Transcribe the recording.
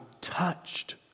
touched